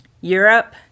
Europe